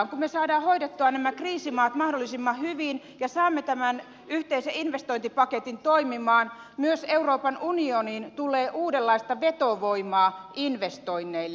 kun me saamme hoidettua nämä kriisimaat mahdollisimman hyvin ja saamme tämän yhteisen investointipaketin toimimaan myös euroopan unioniin tulee uudenlaista vetovoimaa investoinneille